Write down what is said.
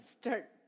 start